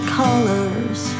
colors